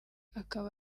akaba